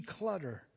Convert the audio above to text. declutter